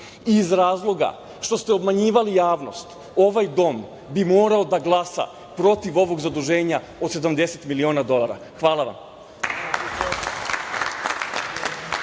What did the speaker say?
i iz razloga što ste obmanjivali javnost, ovaj dom bi morao da glasa protiv ovog zaduženja od 70 miliona dolara. Hvala vam.